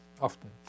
often